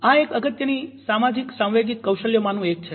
આ એક અગત્યની સામાજિક સાંવેગિક કૌશલ્યમાંનું એક છે